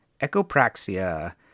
echopraxia